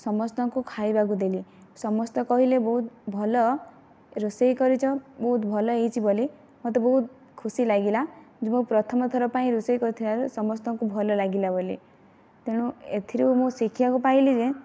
ସମସ୍ତଙ୍କୁ ଖାଇବାକୁ ଦେଲି ସମସ୍ତେ କହିଲେ ବହୁତ ଭଲ ରୋଷେଇ କରିଛ ବହୁତ ଭଲ ହୋଇଛି ବୋଲି ମୋତେ ବହୁତ ଖୁସି ଲାଗିଲା ଯେ ମୁଁ ପ୍ରଥମଥର ପାଇଁ ରୋଷେଇ କରିଥିବାରୁ ସମସ୍ତଙ୍କୁ ଭଲ ଲାଗିଲା ବୋଲି ତେଣୁ ଏଥିରୁ ମୁଁ ଶିଖିବାକୁ ପାଇଲି ଯେ